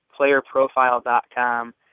playerprofile.com